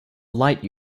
light